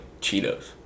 Cheetos